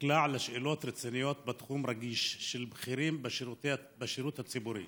נקלע לשאלות רציניות בתחום רגיש של בכירים בשירות הציבורי